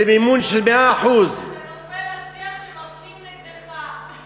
במימון של 100%. זה נופל לשיח שמפנים נגדך.